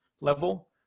level